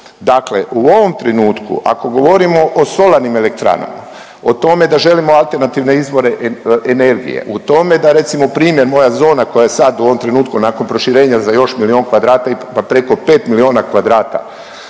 Dakle, u ovom trenutku ako govorimo o solarnim elektranama, o tome da želimo alternativne izvore energije, o tome da recimo primjer moja zona koja je sad u ovom trenutku nakon proširenja za još milion kvadrata ima preko 5 miliona kvadrata,